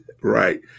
right